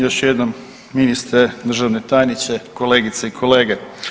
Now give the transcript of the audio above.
Još jednom ministre, državni tajniče, kolegice i kolege.